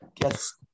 yes